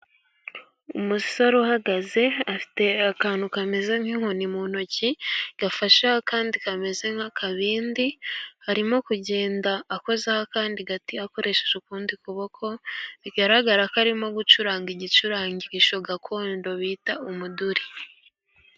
Umusore uhagaze afite akantu, kameze nk' inkoni mu ntoki gafashe akandi kameze nk' akabindi, arimo kugenda akozaho akandi gati akoresheje ukundi kuboko bigaragara, ko arimo gucuranga, igicurangisho gakondo bita umuduri.